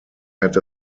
had